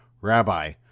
Rabbi